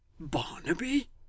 Barnaby